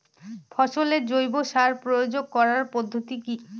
ফসলে জৈব সার প্রয়োগ করার পদ্ধতি কি?